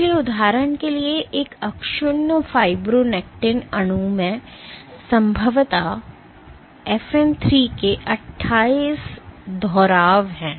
इसलिए उदाहरण के लिए एक अक्षुण्ण फाइब्रोनेक्टिन अणु में संभवतः FN 3 के 28 दोहराव हैं